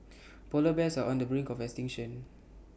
Polar Bears are on the brink of extinction